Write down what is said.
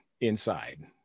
inside